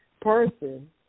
person